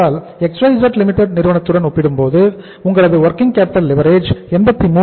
XYZ Limited நிறுவனத்துடன் ஒப்பிடும்போது உங்களது வொர்கிங் கேப்பிட்டல் லிவரேஜ் 83